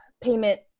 payment